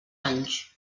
anys